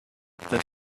that